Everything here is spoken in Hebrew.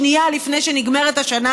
שנייה לפני שנגמרת השנה,